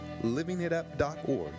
livingitup.org